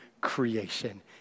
creation